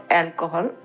alcohol